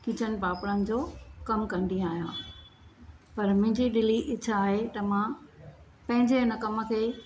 खिचनि पापड़नि जो कमु कंदी आहियां पर मुंहिंजी दिली इच्छा आहे त मां पंहिंजे हिन कमु खे